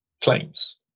claims